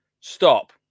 stop